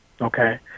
Okay